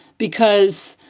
because,